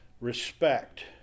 respect